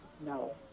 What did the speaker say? No